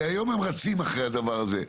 והיום הם רצים אחרי הדבר הזה,